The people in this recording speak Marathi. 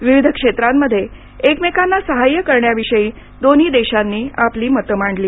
विविध क्षेत्रांमध्ये एकमेकांना सहाय्य करण्याविषयी दोन्ही देशांनी आपली मतं मांडली